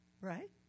Right